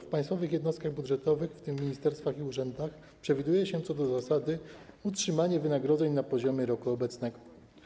W państwowych jednostkach budżetowych, w tym w ministerstwach i urzędach, przewiduje się, co do zasady, utrzymanie wynagrodzeń na poziomie roku obecnego.